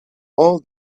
all